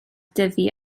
dyfu